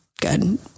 Good